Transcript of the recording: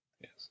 Yes